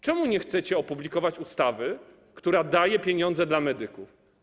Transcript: Czemu nie chcecie opublikować ustawy, która daje pieniądze medykom?